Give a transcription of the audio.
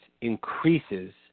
increases